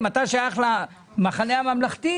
אם אתה שייך למחנה הממלכתי,